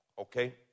okay